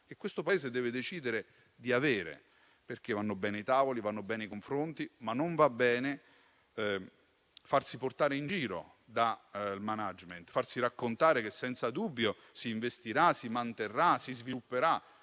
questo Paese deve decidere di avere una politica industriale, perché vanno bene i tavoli, vanno bene i confronti, ma non va bene farsi portare in giro dal *management,* farsi raccontare che senza dubbio si investirà, si manterrà, si svilupperà